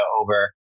over